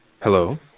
Hello